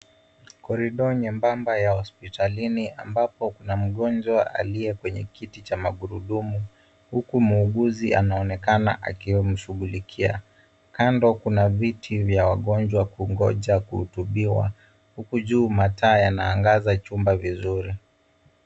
Corridor nyembamba ya hospitalini ambapo kuna mgonjwa aliye kwenye kiti cha magurudumu huku muuguzi anaonekana akimshughulikia. Kando kuna viti vya wagonjwa kungoja kuhutubiwa huku juu mataa yana angaza chumba vizuri.